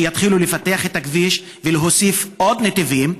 שיתחילו לפתח את הכביש ולהוסיף עוד נתיבים,